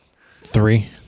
Three